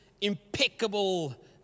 impeccable